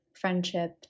friendship